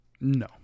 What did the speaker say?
No